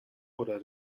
ora